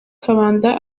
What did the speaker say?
kabanda